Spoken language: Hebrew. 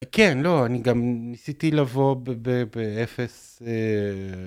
כן לא אני גם ניסיתי לבוא באפס.